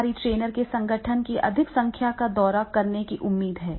बाहरी ट्रेनर के संगठन की अधिक संख्या का दौरा करने की उम्मीद है